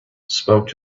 spoke